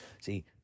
See